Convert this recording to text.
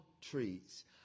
trees